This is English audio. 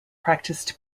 practised